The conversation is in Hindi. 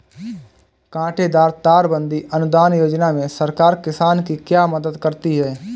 कांटेदार तार बंदी अनुदान योजना में सरकार किसान की क्या मदद करती है?